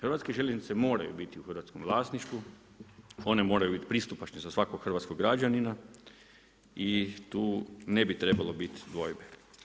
Hrvatske željeznice moraju biti u hrvatskom vlasništvu, one moraju biti pristupačne za svakog hrvatskog građanina i tu ne bi trebalo biti dvojbe.